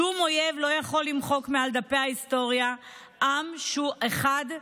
שום אויב לא יכול למחוק מעל דפי ההיסטוריה עם שהוא אחד,